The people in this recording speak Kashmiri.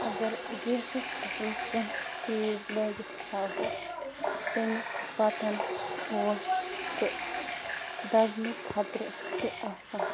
اگر گیسَس پٮ۪ٹھ کانٛہہ چیٖز لٲگِتھ تھاوہو تَمہِ پَتہٕ اوس سُہ دَزنُک خطرٕ تہِ آسان